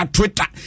Twitter